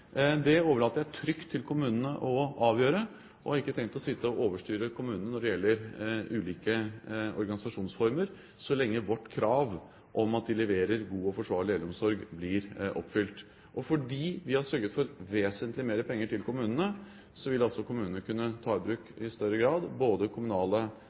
Det overlater jeg trygt til kommunene å avgjøre. Jeg har ikke tenkt å sitte og overstyre kommunene når det gjelder ulike organisasjonsformer, så lenge vårt krav om at de leverer god og forsvarlig eldreomsorg, blir oppfylt. Fordi vi har sørget for vesentlig mer penger til kommunene, vil kommunene i større grad kunne ta i bruk både kommunale